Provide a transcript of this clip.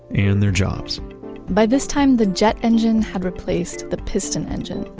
and their jobs by this time the jet engine had replaced the piston engine,